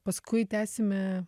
paskui tęsime